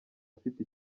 afite